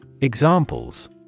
Examples